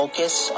Focus